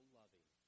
loving